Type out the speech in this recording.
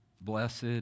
Blessed